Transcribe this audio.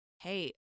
Hey